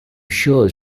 sure